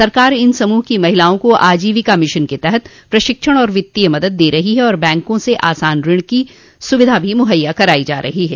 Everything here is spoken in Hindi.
सरकार इन समूह की महिलाओं को आजीविका मिशन के तहत प्रशिक्षण और वित्तीय मदद दे रही है और बैंकों से आसान कज की सुविधा भी मुहैया कराई जा रही है